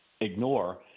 ignore